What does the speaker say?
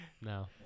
No